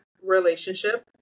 relationship